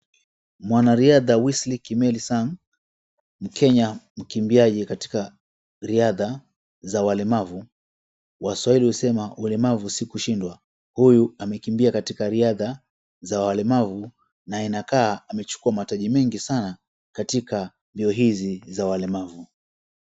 Mwanariadha Wesley Kilemi Sang mkenya mkimbiaji katika riadha za walemavu. Waswahili husema ulemavu si kushindwa, huyu amekimbia katika riadha za walemavu na inakaa amechukua mataji mengi sana katika mbio hizi za walemavu.